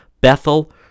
Bethel